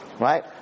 right